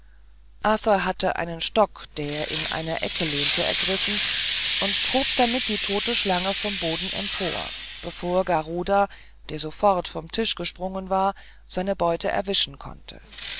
hatte einen stock der in einer ecke lehnte ergriffen und hob damit die tote schlange vom boden empor bevor garuda der sofort vom tisch gesprungen war seine beute erwischen konnte